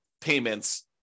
payments